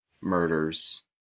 murders